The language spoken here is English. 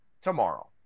tomorrow